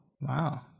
wow